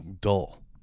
dull